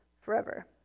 forever